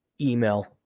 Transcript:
email